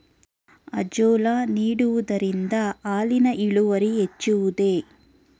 Azolla ನೀಡುವುದರಿಂದ ಹಾಲಿನ ಇಳುವರಿ ಹೆಚ್ಚುವುದೇ?